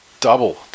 double